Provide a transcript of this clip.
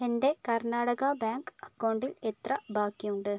എൻ്റെ കർണാടക ബാങ്ക് അക്കൗണ്ടിൽ എത്ര ബാക്കിയുണ്ട്